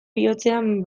bihotzean